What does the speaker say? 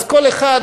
אז כל אחד,